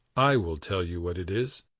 i will tell you what it is.